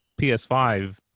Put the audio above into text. PS5